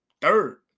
third